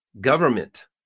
government